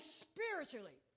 spiritually